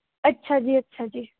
ਅੱਛਾ ਜੀ ਅੱਛਾ ਜੀ